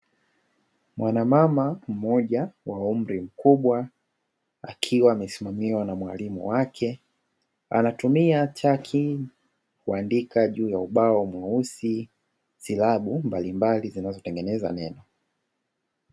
Mwana mama mmoja wa umri mkubwa, akiwa amesimamiwa na mwalimu wake. Anatumia chaki kuandika juu ya ubao mweusi, silabi mbalimbali zinazotengeneza neno.